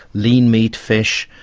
lean meat, fish,